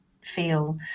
feel